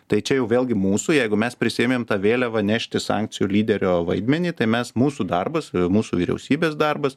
tai čia jau vėlgi mūsų jeigu mes prisiėmėm tą vėliavą nešti sankcijų lyderio vaidmenį tai mes mūsų darbas mūsų vyriausybės darbas